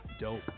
Dope